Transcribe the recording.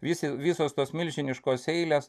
visi visos tos milžiniškos eilės